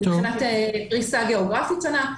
מבחינת פריסה גיאוגרפית שונה.